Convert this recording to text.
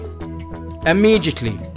Immediately